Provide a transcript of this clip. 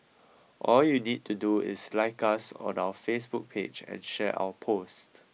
all you need to do is like us on our Facebook page and share our post